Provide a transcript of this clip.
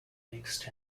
mixed